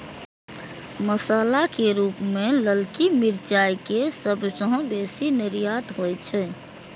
मसाला के रूप मे ललकी मिरचाइ के सबसं बेसी निर्यात होइ छै